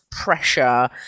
pressure